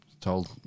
told